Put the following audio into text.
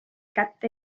kätte